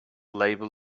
labor